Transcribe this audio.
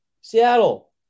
Seattle